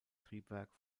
triebwerk